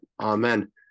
Amen